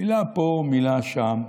מילה פה, מילה שם.